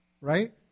Right